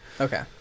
Okay